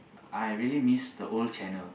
I really miss the old channel